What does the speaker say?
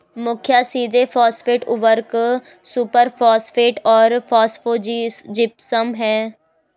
मुख्य सीधे फॉस्फेट उर्वरक सुपरफॉस्फेट और फॉस्फोजिप्सम हैं